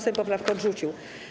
Sejm poprawkę odrzucił.